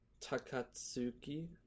Takatsuki